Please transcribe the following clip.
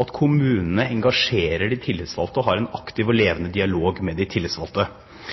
at kommunene engasjerer de tillitsvalgte og har en aktiv og levende dialog med de tillitsvalgte.